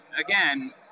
again